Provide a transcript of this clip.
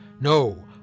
No